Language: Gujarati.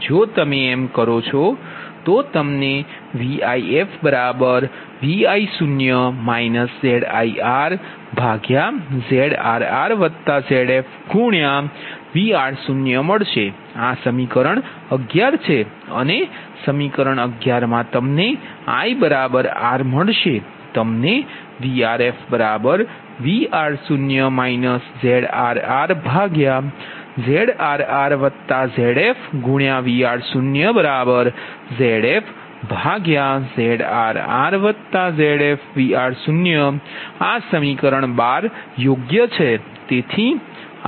જો તમે એમ કરો છો તો તમને VifVi0 ZirZrrZf Vr0 મળશે આ સમીકરણ 11 છે અને સમીકરણ 11 માં તમને i r માટે તમને VrfVr0 ZrrZrrZf Vr0ZfZrrZf Vr0 આ સમીકરણ 12 યોગ્ય છે